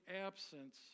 absence